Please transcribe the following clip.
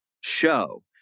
show